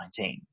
2019